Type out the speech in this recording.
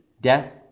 death